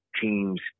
teams